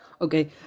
Okay